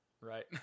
right